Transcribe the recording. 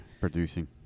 producing